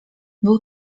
był